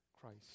Christ